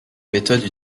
méthode